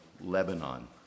Lebanon